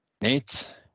Nate